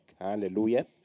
Hallelujah